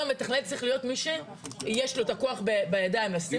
המתכלל צריך להיות מי שיש לו את הכוח בידיים לשים